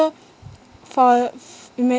for f~